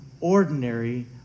ordinary